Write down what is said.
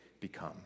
become